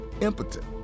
impotent